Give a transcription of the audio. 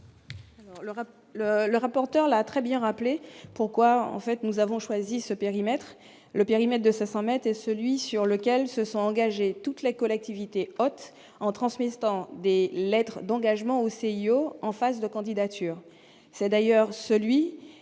le rapporteur l'a très bien rappelé pourquoi, en fait, nous avons choisi ce périmètre, le périmètre de ce 100 mètres celui sur lequel se sont engagés, toute la collectivité haute en transmise tant Des lettres d'engagement au CIO en face de candidature,